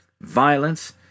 violence